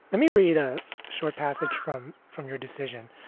let me read ah a short passage from from your decision.